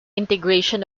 integration